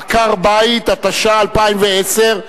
עקר-בית), התש"ע 2010,